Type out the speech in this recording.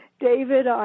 David